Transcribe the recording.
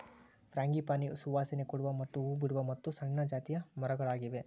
frangipani ಸುವಾಸನೆ ಕೊಡುವ ಮತ್ತ ಹೂ ಬಿಡುವ ಮತ್ತು ಸಣ್ಣ ಜಾತಿಯ ಮರಗಳಾಗಿವೆ